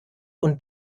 und